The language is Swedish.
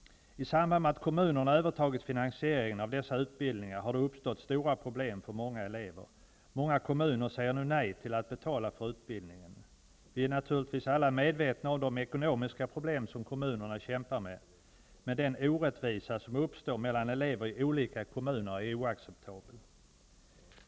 I samband med att kommunerna övertagit finansieringen av dessa utbildningar har det uppstått stora problem för många elever. Många kommuner säger nu nej till att betala för utbildningen. Vi är naturligtvis alla medvetna om de ekonomiska problem som kommunerna kämpar med, men den orättvisa som uppstår mellan elever i olika kommuner är oacceptabel.